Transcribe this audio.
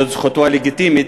וזאת זכותו הלגיטימית,